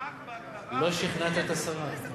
לא שכנעת את השרה.